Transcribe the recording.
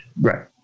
right